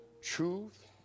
truth